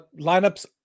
lineups